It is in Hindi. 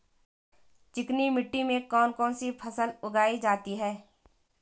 चिकनी मिट्टी में कौन कौन सी फसल उगाई जाती है?